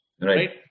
right